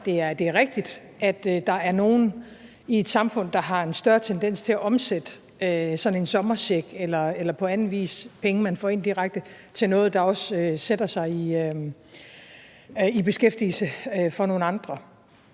det er rigtigt, at der er nogle i et samfund, der har en større tendens til at omsætte sådan en sommercheck eller penge, man på anden vis får ind direkte, til noget, der også sætter sig i beskæftigelse for nogle andre.